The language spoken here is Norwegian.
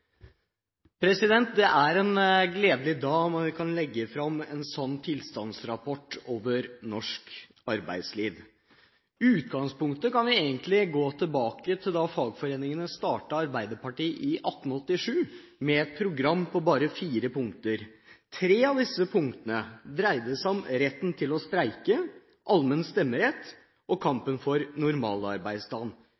en gledens dag når vi kan legge fram en slik tilstandsrapport om norsk arbeidsliv. Utgangspunktet finner vi egentlig tilbake fra da fagforeningene startet Arbeiderpartiet i 1887, med et program på bare fire punkter. Tre av disse punktene dreide seg om retten til å streike, allmenn stemmerett og